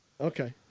Okay